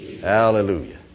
Hallelujah